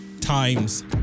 times